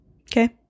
Okay